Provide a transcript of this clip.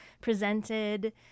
presented